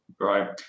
Right